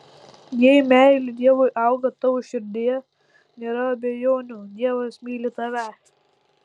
jei meilė dievui auga tavo širdyje nėra abejonių dievas myli tave